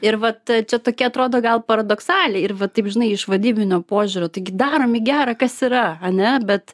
ir vat čia tokie atrodo gal paradoksaliai ir va taip žinai iš vadybinio požiūrio taigi darome gera kas yra ane bet